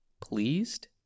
pleased